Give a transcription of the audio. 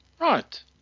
Right